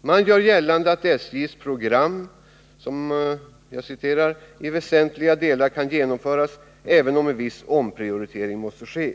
Man gör gällande att SJ:s program ”i väsentliga delar kan genomföras, även om en viss omprioritering måste ske”.